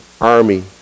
army